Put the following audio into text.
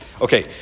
Okay